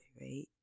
right